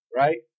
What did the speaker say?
right